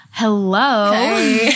Hello